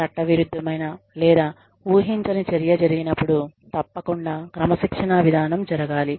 చట్టవిరుద్ధమైన లేదా ఊహించని చర్య జరిగినప్పుడు తప్పకుండా క్రమశిక్షణా విధానం జరగాలి